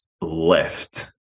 left